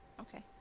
Okay